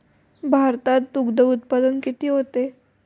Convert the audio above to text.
भारतात दुग्धउत्पादन किती होते?